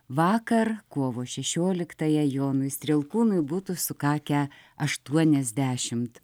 vakar kovo šešioliktąją jonui strielkūnui būtų sukakę aštuoniasdešimt